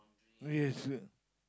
yes